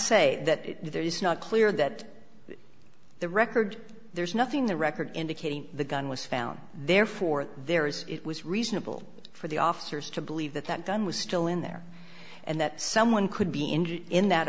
say that there is not clear that the record there's nothing in the record indicating the gun was found therefore there is it was reasonable for the officers to believe that that gun was still in there and that someone could be injured in that